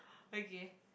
okay